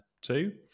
Two